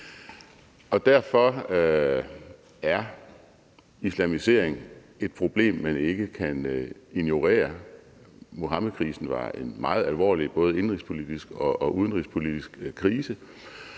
Derfor er islamiseringen et problem, man ikke kan ignorere. Muhammedkrisen var en meget alvorlig både indenrigspolitisk og udenrigspolitisk krise,